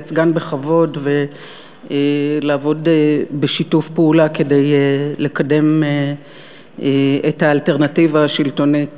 לייצגן בכבוד ולעבוד בשיתוף פעולה כדי לקדם את האלטרנטיבה השלטונית,